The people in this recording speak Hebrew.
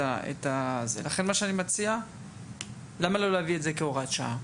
למה לא להביא את זה כהוראת שעה?